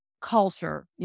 culture